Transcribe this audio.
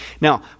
Now